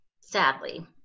sadly